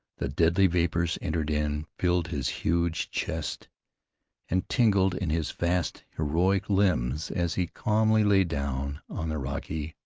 the deadly vapors entered in, filled his huge chest and tingled in his vast, heroic limbs as he calmly lay down on the rocky,